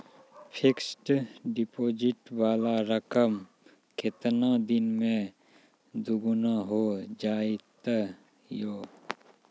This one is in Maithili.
फिक्स्ड डिपोजिट वाला रकम केतना दिन मे दुगूना हो जाएत यो?